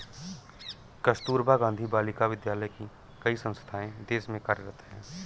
कस्तूरबा गाँधी बालिका विद्यालय की कई संस्थाएं देश में कार्यरत हैं